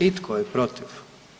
I tko je protiv?